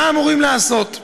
מה הם אמורים לעשות?